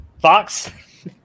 Fox